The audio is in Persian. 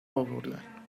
آوردن